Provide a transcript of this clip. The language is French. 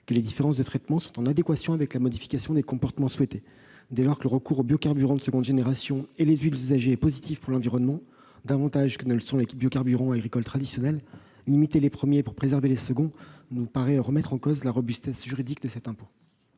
que les différences de traitement sont en adéquation avec la modification des comportements souhaités. Dès lors que le recours aux biocarburants de seconde génération et aux huiles usagées est davantage positif pour l'environnement que ne le sont les biocarburants agricoles traditionnels, limiter les premiers pour préserver les seconds nous paraît remettre en cause la robustesse juridique de cet impôt.